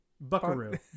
Buckaroo